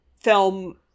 film